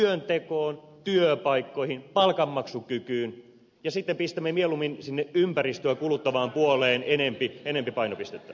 me pohjaudumme työntekoon työpaikkoihin palkanmaksukykyyn ja sitten pistämme mieluummin sinne ympäristöä kuluttavaan puoleen enempi painopistettä